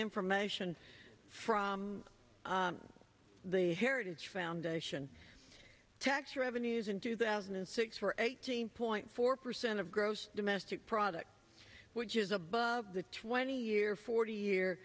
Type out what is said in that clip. information from the heritage foundation tax revenues in two thousand and six for eighteen point four percent of gross domestic product which is above the twenty year forty year